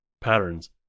patterns